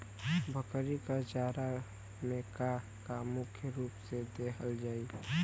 बकरी क चारा में का का मुख्य रूप से देहल जाई?